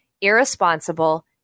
irresponsible